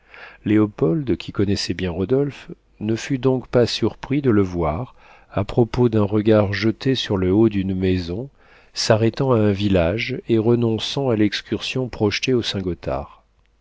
léopold qui connaissait bien rodolphe ne fut donc pas surpris de le voir à propos d'un regard jeté sur le haut d'une maison s'arrêtant à un village et renonçant à l'excursion projetée au saint-gothard